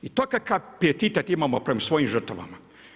I to kakav pijetet imamo prema svojim žrtvama.